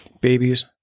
babies